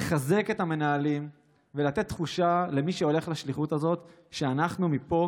לחזק את המנהלים ולתת תחושה למי שהולך לשליחות הזאת שאנחנו מפה,